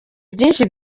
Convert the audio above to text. byinshi